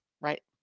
right